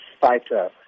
fighter